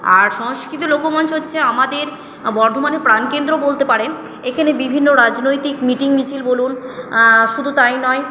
আর সংস্কৃত লোকমঞ্চ হচ্ছে আমাদের বর্ধমানের প্রাণকেন্দ্র বলতে পারেন এখানে বিভিন্ন রাজনৈতিক মিটিং মিছিল বলুন শুধু তাই নয়